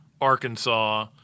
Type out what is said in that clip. Arkansas –